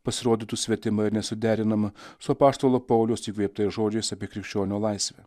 pasirodytų svetima ir nesuderinama su apaštalo pauliaus įkvėptais žodžiais apie krikščionio laisvę